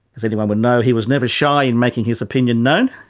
as anyone would know, he was never shy in making his opinion known,